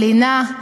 לינה,